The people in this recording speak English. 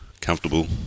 comfortable